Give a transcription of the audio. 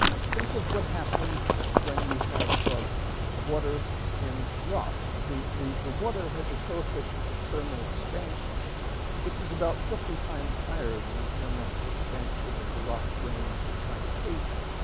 think of what happens when you have ah water in rock. the the water has a coefficient of thermal expansion which is about fifty times higher than the thermal expansion of the rock grains that try to cage it.